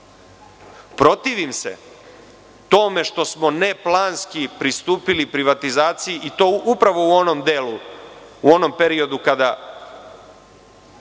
protivim se tome što smo neplanski pristupili privatizaciji i to upravo u onom delu, u onom periodu kada